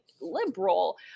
liberal